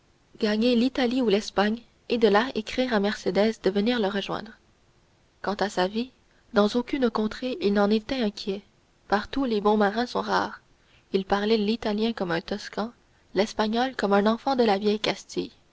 gagner l'italie ou l'espagne et de là écrire à mercédès de venir le rejoindre quant à sa vie dans aucune contrée il n'en était inquiet partout les bons marins sont rares il parlait l'italien comme un toscan l'espagnol comme un enfant de la vieille castille